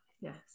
Yes